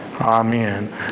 Amen